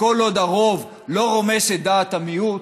וכל עוד הרוב לא רומס את דעת המיעוט,